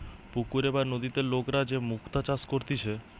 পুকুরে বা নদীতে লোকরা যে মুক্তা চাষ করতিছে